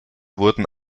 wurden